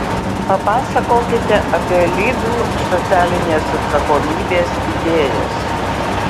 papasakokite apie lidl socialinės atsakomybės idėjas